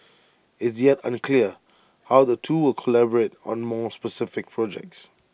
it's yet unclear how the two will collaborate on more specific projects